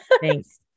Thanks